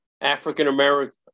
African-American